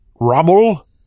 Rommel